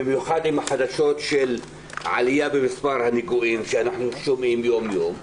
במיוחד עם החדשות על עלייה במספר הנגועים שאנחנו שומעים יום-יום.